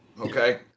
okay